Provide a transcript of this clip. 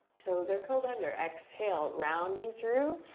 toes are curled under, exhale, rounding through.